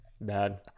bad